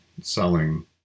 selling